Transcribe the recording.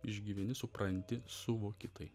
išgyveni supranti suvoki tai